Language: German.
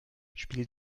spiel